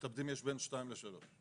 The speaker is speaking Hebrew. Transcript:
מתאבדים יש בין שניים לשלושה.